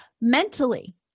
mentally